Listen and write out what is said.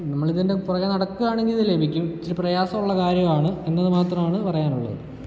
നമ്മളിതിൻ്റെ പുറകേ നടക്കുവാണെങ്കിൽ ഇത് ലഭിക്കും ഇച്ചിരി പ്രയാസമുള്ള കാര്യമാണ് എന്നത് മാത്രമാണ് പറയാനുള്ളത്